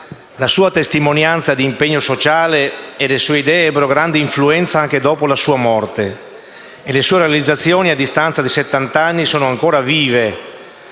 La sua testimonianza di impegno sociale e le sue idee ebbero grande influenza anche dopo la sua morte e le sue realizzazioni, a distanza di settant'anni, sono ancora vive